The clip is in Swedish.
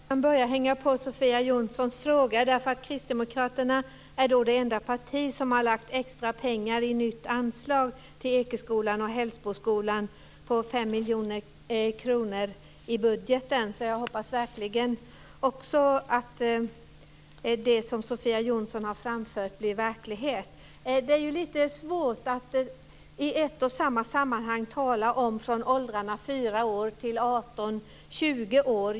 Fru talman! Jag kan börja med att hänga på Sofia Jonssons frågor. Kristdemokraterna är nog det enda parti som har lagt extra pengar i nytt anslag till Ekeskolan och Hällsboskolan på 5 miljoner kronor i budgeten. Så jag hoppas verkligen också att det som Sofia Jonsson har framfört blir verklighet. Det är ju lite svårt att i ett och samma sammanhang tala om åldrarna från fyra år till arton eller tjugo.